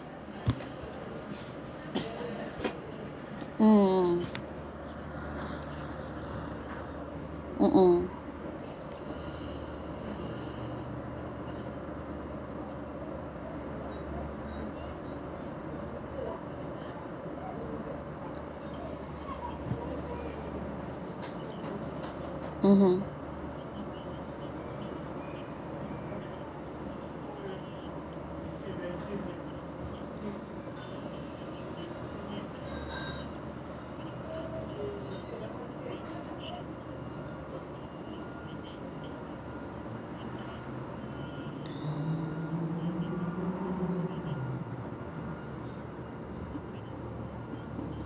mm ah (uh huh)